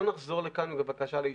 לא נחזור לכאן עם בקשה לאישור.